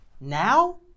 Now